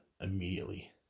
immediately